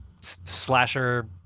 slasher